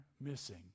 missing